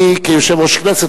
אני כיושב-ראש כנסת,